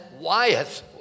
Wyeth